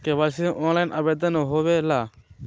KYC online आवेदन से होवे ला?